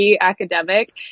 academic